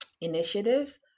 initiatives